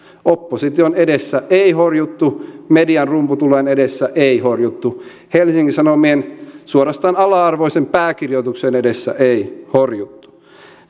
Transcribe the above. opposition edessä ei horjuttu median rumputulen edessä ei horjuttu helsingin sanomien suorastaan ala arvoisen pääkirjoituksen edessä ei horjuttu